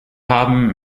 haben